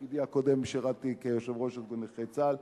בתפקידי הקודם שירתתי כיושב-ראש ארגון נכי צה"ל,